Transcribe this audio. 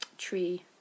tree